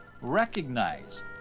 recognize